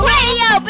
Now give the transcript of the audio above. Radio